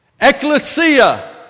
Ecclesia